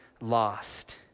lost